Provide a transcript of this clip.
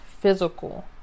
physical